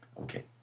Okay